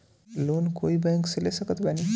Loan कोई bank से ले सकत बानी?